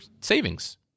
savings